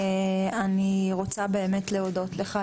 אני רוצה באמת להודות לך,